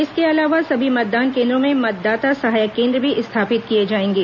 इसके अलावा सभी मतदान केन्द्रों में मतदाता सहायक केन्द्र भी स्थापित किए जाएंगे